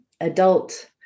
adult